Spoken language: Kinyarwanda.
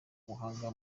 ubuhanga